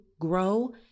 grow